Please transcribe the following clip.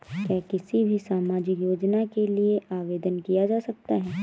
क्या किसी भी सामाजिक योजना के लिए आवेदन किया जा सकता है?